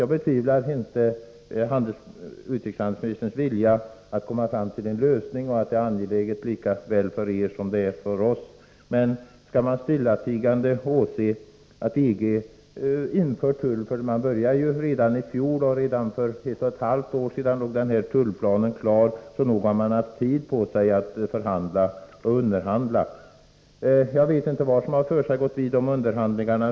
Jag betvivlar inte utrikeshandelsministerns vilja att komma fram till en lösning, och det är lika angeläget för regeringen som för oss fiskare. Men skall man stillatigande åse att EG inför tull? EG-länderna började göra detta i fjol, och redan för ett och ett halvt år sedan låg den här tullplanen klar, så nog har man haft tid på sig att förhandla och underhandla. Jag vet inte vad som har försiggått vid underhandlingarna.